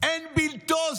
אין בלתו.